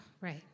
right